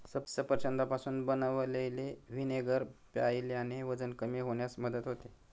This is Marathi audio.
सफरचंदापासून बनवलेले व्हिनेगर प्यायल्याने वजन कमी होण्यास मदत होते